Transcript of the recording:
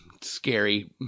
scary